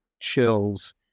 chills